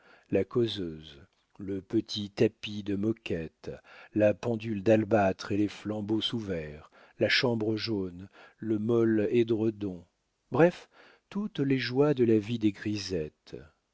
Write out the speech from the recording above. la causeuse le petit tapis de moquette la pendule d'albâtre et les flambeaux sous verre la chambre jaune le mol édredon bref toutes les joies de la vie des grisettes